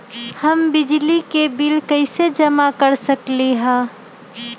हम बिजली के बिल कईसे जमा कर सकली ह?